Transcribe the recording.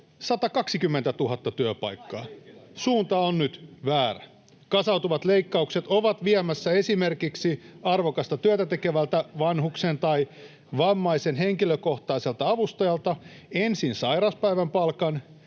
120 000 työpaikkaa. Suunta on nyt väärä. Kasautuvat leikkaukset ovat viemässä esimerkiksi arvokasta työtä tekevältä vanhuksen tai vammaisen henkilökohtaiselta avustajalta ensin sairauspäivän palkan,